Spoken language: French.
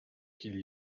qu’il